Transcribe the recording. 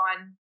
on